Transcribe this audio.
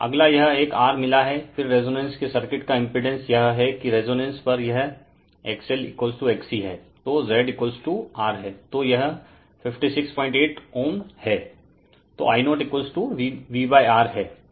अगला यह एक R मिला है फिर रेजोनेंस के सर्किट का इम्पीडेन्स यह है कि रेजोनेंस पर यह XLXC हैं तो Z R है तो यह 568Ω हैं